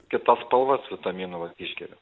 kitas spalvas vitaminų vat išgeriu